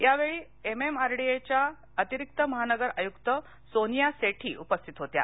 यावेळी एमएमआरडीएच्या अतिरिक्त महानगर आयुक्त सोनिया सेठी उपस्थित होत्या